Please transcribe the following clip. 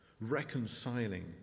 reconciling